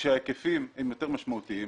כאשר ההיקפים הם יותר משמעותיים,